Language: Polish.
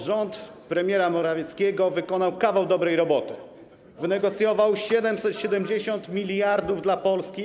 Rząd premiera Morawieckiego wykonał kawał dobrej roboty - wynegocjował 770 mld dla Polski.